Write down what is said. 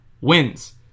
wins